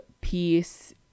peace